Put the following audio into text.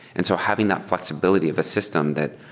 and so having that flexibility of a system that,